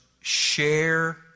share